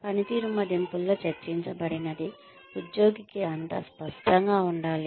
పనితీరు మదింపులలో చర్చించబడినది ఉద్యోగికి అంతా స్పష్టంగా ఉండాలి